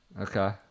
Okay